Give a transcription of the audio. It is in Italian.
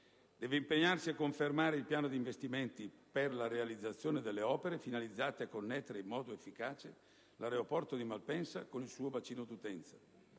deve impegnarsi a confermare il piano di investimenti per la realizzazione delle opere finalizzate a connettere in modo efficace l'aeroporto di Malpensa con il suo bacino d'utenza,